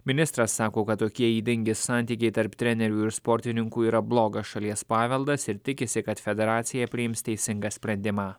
ministras sako kad tokie ydingi santykiai tarp trenerių ir sportininkų yra blogas šalies paveldas ir tikisi kad federacija priims teisingą sprendimą